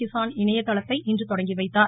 கிஸான் இணையதளத்தை இன்று தொடங்கிவைத்தார்